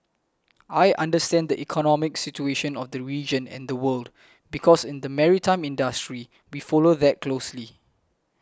I understand the economic situation of the region and the world because in the maritime industry we follow that closely